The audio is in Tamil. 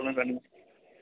சொல்லுங்கள் சார் நீங்கள்